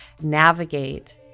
navigate